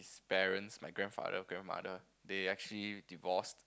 parents my grandfather grandmother they actually divorced